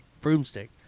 broomstick